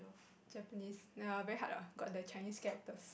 Japanese err very hard lah got the Chinese characters